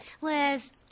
Liz